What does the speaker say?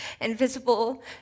invisible